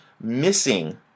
missing